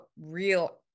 real